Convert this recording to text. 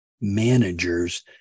managers